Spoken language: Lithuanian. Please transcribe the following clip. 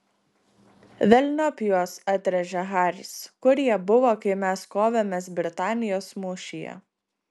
velniop juos atrėžė haris kur jie buvo kai mes kovėmės britanijos mūšyje